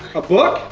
a book?